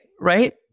right